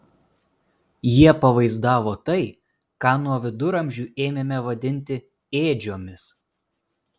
jie pavaizdavo tai ką nuo viduramžių ėmėme vadinti ėdžiomis